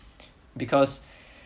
because